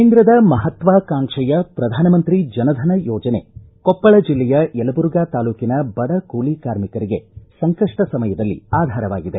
ಕೇಂದ್ರದ ಮಹತ್ವಾಕಾಂಕ್ಷೆಯ ಪ್ರಧಾನಮಂತ್ರಿ ಜನ ಧನ ಯೋಜನೆ ಕೊಪ್ಪಳ ಜಿಲ್ಲೆಯ ಯಲಬುರ್ಗಾ ತಾಲೂಕಿನ ಬಡ ಕೂಲಿ ಕಾರ್ಮಿಕರಿಗೆ ಸಂಕಷ್ಟ ಸಮಯದಲ್ಲಿ ಆಧಾರವಾಗಿದೆ